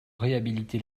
réhabiliter